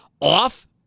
off